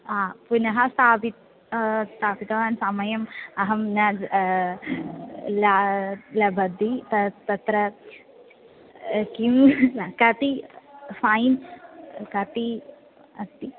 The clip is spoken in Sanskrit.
अ पुनस्तापि स्थापितवान् समयम् अहं न ला लभते तत् तत्र किं कति फ़ैन् कति अस्ति